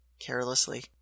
carelessly